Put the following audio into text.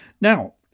Now